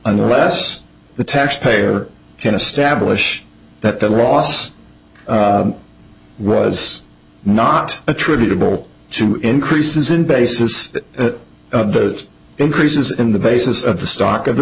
unless the taxpayer can establish that the loss was not attributable to increases in basis the increases in the basis of the stock of the